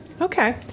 Okay